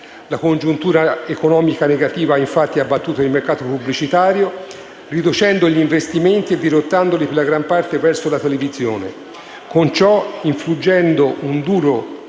la congiuntura economica negativa ha infatti abbattuto il mercato pubblicitario, riducendo gli investimenti e dirottandoli, per la gran parte, verso la televisione, con ciò infliggendo un duro colpo